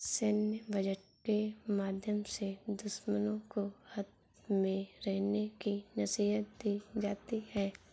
सैन्य बजट के माध्यम से दुश्मनों को हद में रहने की नसीहत दी जाती है